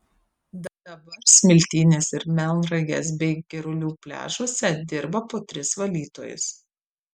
dabar smiltynės ir melnragės bei girulių pliažuose dirba po tris valytojus